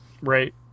Right